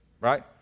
right